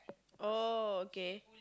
oh okay